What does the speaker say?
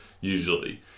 usually